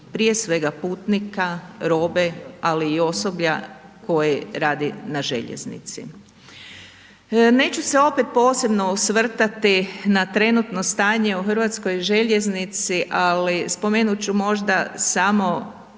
prije svega putnika, robe, ali i osoblja koje radi na željeznici. Neću se opet posebno osvrtati na trenutno stanje u Hrvatskoj željeznici ali spomenut ću samo